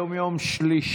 היום יום שלישי.